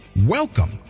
Welcome